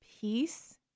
peace